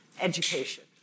education